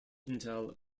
intel